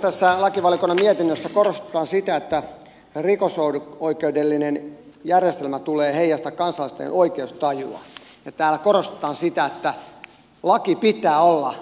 tässä lakivaliokunnan mietinnössä korostetaan sitä että rikosoikeudellisen järjestelmän tulee heijastaa kansalaisten oikeustajua ja täällä korostetaan sitä että lain pitää olla